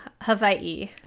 hawaii